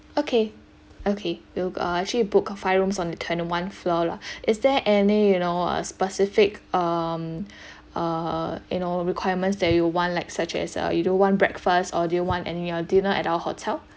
okay okay we'll uh actually book five rooms on the twenty one floor lah is there any you know uh specific um uh you know requirements that you want like such as uh you do want breakfast or do you want anyway uh dinner at our hotel